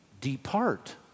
depart